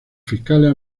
fiscales